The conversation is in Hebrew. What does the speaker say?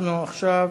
עכשיו,